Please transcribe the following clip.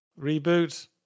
reboot